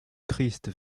christ